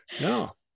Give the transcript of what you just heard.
No